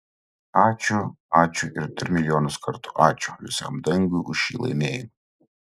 ačiū ačiū ir dar milijonus kartų ačiū visam dangui už šį laimėjimą